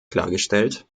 klargestellt